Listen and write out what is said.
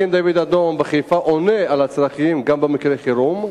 3. האם מגן-דוד-אדום בחיפה עונה על הצרכים גם במקרי חירום?